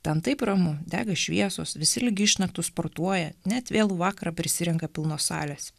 ten taip ramu dega šviesos visi lyg išnaktų sportuoja net vėlų vakarą prisirenka pilnos salės